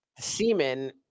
semen